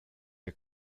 der